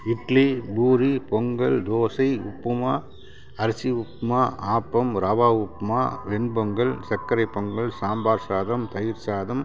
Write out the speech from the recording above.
இட்லி பூரி பொங்கல் தோசை உப்புமா அரிசி உப்புமா ஆப்பம் ரவா உப்புமா வெண்பொங்கல் சக்கரைப் பொங்கல் சாம்பார் சாதம் தயிர் சாதம்